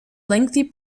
lengthy